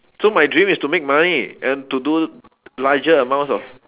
so my dream is to make money and to do larger amounts of